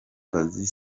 kazi